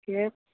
okay